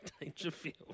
Dangerfield